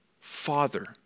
Father